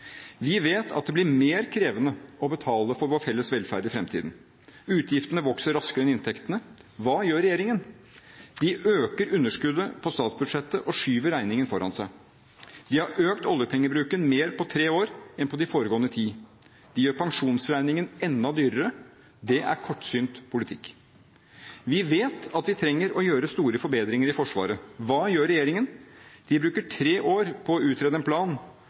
Vi vet at det blir mer krevende å betale for vår felles velferd i framtiden. Utgiftene vokser raskere enn inntektene. Hva gjør regjeringen? De øker underskuddet på statsbudsjettet og skyver regningen foran seg! De har økt oljepengebruken mer på tre år enn på de foregående ti! De gjør pensjonsregningen enda dyrere! Det er kortsynt politikk. Vi vet at vi trenger å gjøre store forbedringer i Forsvaret. Hva gjør regjeringen? De bruker tre år på å utrede en plan,